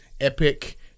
epic